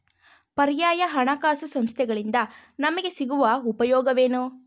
ಪರ್ಯಾಯ ಹಣಕಾಸು ಸಂಸ್ಥೆಗಳಿಂದ ನಮಗೆ ಸಿಗುವ ಉಪಯೋಗವೇನು?